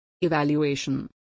evaluation